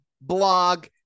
blog